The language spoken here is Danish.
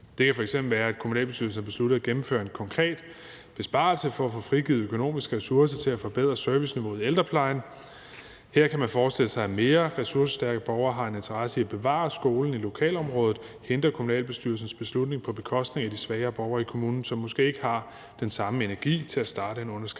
Det kan f.eks. være, at kommunalbestyrelsen har besluttet at gennemføre en konkret besparelse for at få frigivet økonomiske ressourcer til at forbedre serviceniveauet i ældreplejen. Her kan man forestille sig, at det, at mere ressourcestærke borgere har en interesse i at bevare skolen i lokalområdet, hindrer kommunalbestyrelsens beslutning på bekostning af de svagere borgere i kommunen, som måske ikke har den samme energi til at starte en underskriftsindsamling.